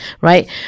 right